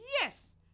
Yes